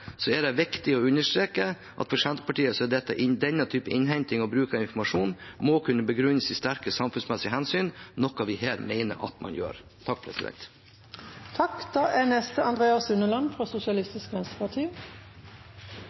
er det viktig å understreke at for Senterpartiets del må denne typen innhenting og bruk av informasjon kunne begrunnes i sterke samfunnsmessige hensyn, noe vi her mener at man gjør. Overvåkning av egne borgere og lagring av informasjon er